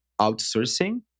outsourcing